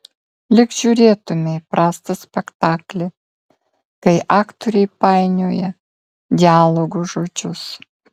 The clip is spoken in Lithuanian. lyg žiūrėtumei prastą spektaklį kai aktoriai painioja dialogo žodžius